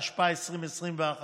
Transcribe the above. התשפ"א 2021,